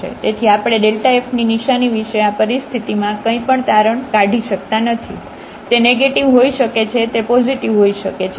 તેથી આપણે આ fની નિશાની વિશે આ પરિસ્થિતિમાં કંઇપણ તારણ નીકળી શકતા નથી તે નેગેટીવ હોઈ શકે છે તે પોઝિટિવ હોઈ શકે છે